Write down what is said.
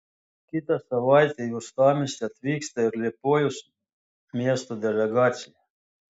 kitą savaitę į uostamiestį atvyksta ir liepojos miesto delegacija